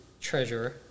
treasurer